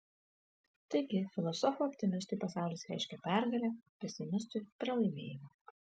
taigi filosofui optimistui pasaulis reiškia pergalę pesimistui pralaimėjimą